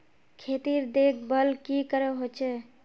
खेतीर देखभल की करे होचे?